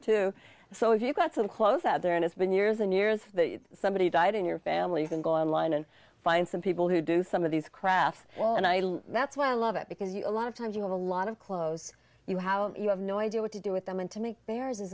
too so if you got some clothes out there and it's been years and years that somebody died in your family you can go online and find some people who do some of these crafts well and i that's why i love it because you know a lot of times you have a lot of clothes you how you have no idea what to do with them and to me there is